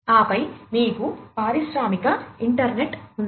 ఆపై మీకు పారిశ్రామిక ఇంటర్నెట్ ఉంది